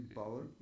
power